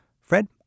Fred